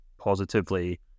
positively